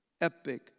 Epic